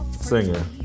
singer